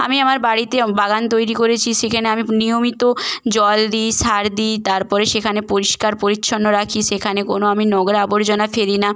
আমি আমার বাড়িতে বাগান তৈরি করেছি সেখানে আমি নিয়মিত জল দিই সার দিই তার পরে সেখানে পরিষ্কার পরিচ্ছন্ন রাখি সেখানে কোনো আমি নোংরা আবর্জনা ফেলি না